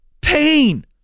pain